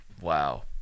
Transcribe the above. Wow